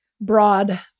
broad